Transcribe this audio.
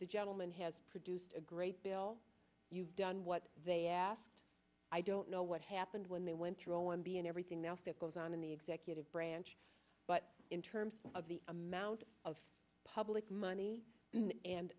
the gentleman has produced a great bill done what they asked i don't know what happened when they went through all one b n everything else that goes on in the executive branch but in terms of the amount of public money and